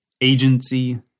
agency